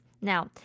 Now